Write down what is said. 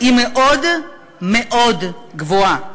היא מאוד מאוד גבוהה.